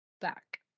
back